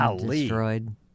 destroyed